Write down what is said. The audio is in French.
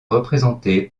représenté